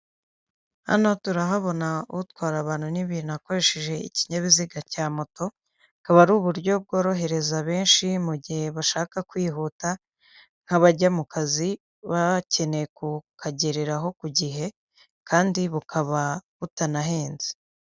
Hano turahabona utwara abantu n'ibintu akoresheje ikinyabiziga cya moto, akaba ari uburyo bworohereza benshi mu gihe bashaka kwihuta nk'abajya mu kazi bakeneye kukagereraho ku gihe kandi bukaba butanahenze.